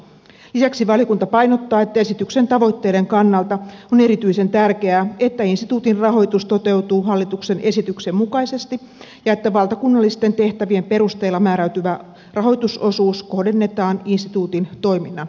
lisäksi valiokunta painottaa että esityksen tavoitteiden kannalta on erityisen tärkeää että instituutin rahoitus toteutuu hallituksen esityksen mukaisesti ja että valtakunnallisten tehtävien perusteella määräytyvä rahoitusosuus kohdennetaan instituutin toiminta